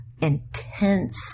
intense